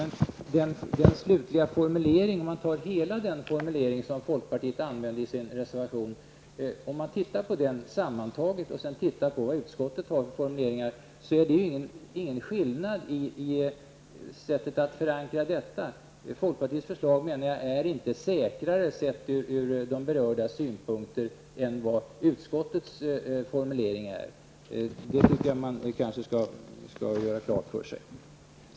Men om man jämför hela formuleringen i folkpartiets reservation med utskottets formulering finner man att det inte föreligger någon skillnad i sättet att förankra det hela. Folkpartiets förslag är inte säkrare, sett ur de berördas synpunkter, än utskottets formulering. Det tycker jag att man skall göra klart för sig.